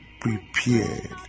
prepared